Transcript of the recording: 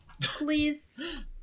please